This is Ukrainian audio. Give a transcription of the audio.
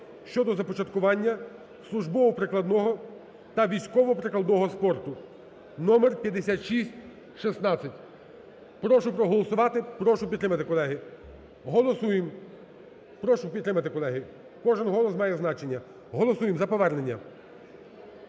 щодо започаткування службово-прикладного та військово-прикладного спорту (№5616). Прошу проголосувати, прошу підтримати. Голосуємо. Прошу підтримати, колеги, кожен голос має значення. Голосуємо за повернення.